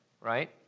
right